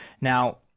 Now